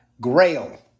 grail